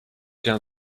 down